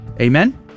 Amen